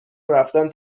ورفتن